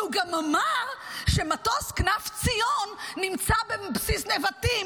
והוא גם אמר שמטוס כנף ציון נמצא בבסיס נבטים,